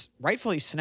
rightfully